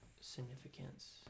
significance